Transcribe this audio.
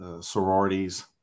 sororities